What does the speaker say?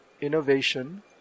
Innovation